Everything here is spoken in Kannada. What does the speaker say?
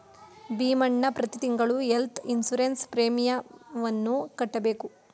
ಭೀಮಣ್ಣ ಪ್ರತಿ ತಿಂಗಳು ಹೆಲ್ತ್ ಇನ್ಸೂರೆನ್ಸ್ ಪ್ರೀಮಿಯಮನ್ನು ಕಟ್ಟಬೇಕು